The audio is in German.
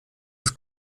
das